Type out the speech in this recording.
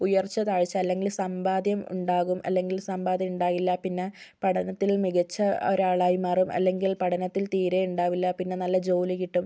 ഉയർച്ച താഴ്ച അല്ലെങ്കിൽ സമ്പാദ്യം ഉണ്ടാകും അല്ലെങ്കിൽ സമ്പാദ്യം ഉണ്ടാകില്ല പിന്നെ പഠനത്തിൽ മികച്ച ഒരാളായി മാറും അല്ലെങ്കിൽ പഠനത്തിൽ തീരെ ഉണ്ടാകില്ല പിന്നെ നല്ല ജോലി കിട്ടും